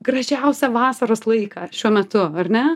gražiausią vasaros laiką šiuo metu ar ne